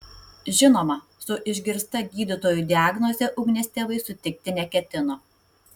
žinoma su išgirsta gydytojų diagnoze ugnės tėvai sutikti neketino